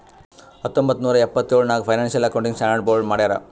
ಹತ್ತೊಂಬತ್ತ್ ನೂರಾ ಎಪ್ಪತ್ತೆಳ್ ನಾಗ್ ಫೈನಾನ್ಸಿಯಲ್ ಅಕೌಂಟಿಂಗ್ ಸ್ಟಾಂಡರ್ಡ್ ಬೋರ್ಡ್ ಮಾಡ್ಯಾರ್